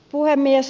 puhemies